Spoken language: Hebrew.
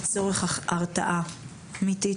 לצורך הרתעה אמיתית.